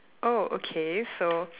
oh okay so